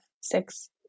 six